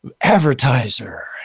advertiser